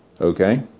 Okay